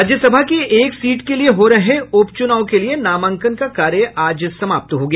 राज्यसभा की एक सीट के लिए हो रहे उपचुनाव के लिये नामांकन का कार्य आज समाप्त हो गया